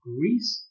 Greece